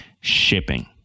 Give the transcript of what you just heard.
shipping